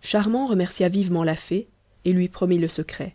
charmant remercia vivement la fée et lui promit le secret